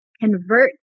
convert